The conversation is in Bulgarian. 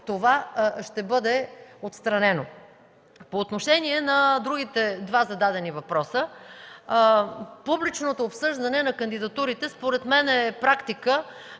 Това ще бъде отстранено. По отношение на другите два зададени въпроса. Публичното обсъждане на кандидатурите според мен е практика,